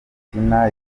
tina